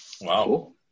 Wow